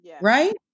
right